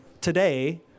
today